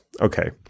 Okay